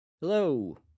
Hello